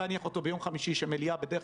הם משחיתים כל חלקה טובה במדינה,